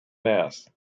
mass